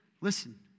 listen